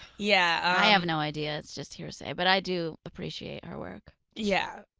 yeah! i have no idea, it's just hearsay. but i do appreciate her work. yeah,